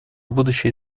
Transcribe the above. будущие